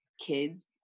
kids